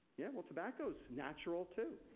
yeah well, tobacco's natural too.